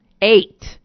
Eight